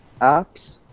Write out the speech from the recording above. apps